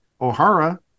O'Hara